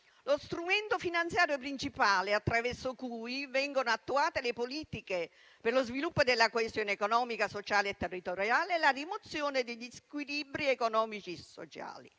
lo strumento finanziario principale attraverso cui vengono attuate le politiche per lo sviluppo della coesione economica, sociale e territoriale e la rimozione degli squilibri economici e sociali.